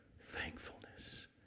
thankfulness